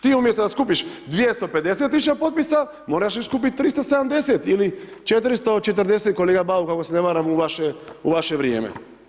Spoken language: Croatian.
Ti umjesto da skupiš 250 tisuća potpisa, moraš još skupiti 370 ili 440, kolega Bauk, ako se ne varam u vaše vrijeme.